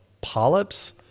polyps